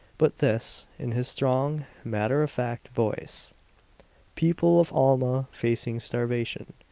but this, in his strong, matter-of-fact voice people of alma facing starvation,